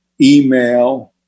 email